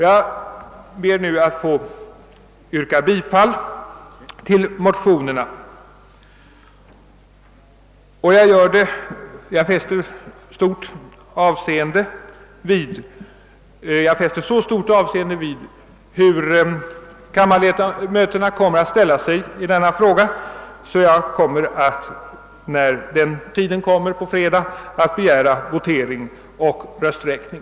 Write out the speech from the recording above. Jag ber att få yrka bifall till motionsparet I:850 och 1II:1099. Jag fäster så stort avseende vid hur kammarledamöterna ställer sig i denna fråga att jag, när det blir aktuellt på fredag, kommer att begära votering och rösträkning.